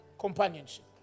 companionship